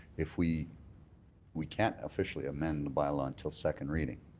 if we we can't officially amend the bylaw until second reading.